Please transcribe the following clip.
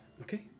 Okay